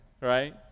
right